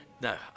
No